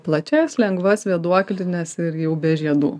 plačias lengvas vėduoklines ir jau be žiedų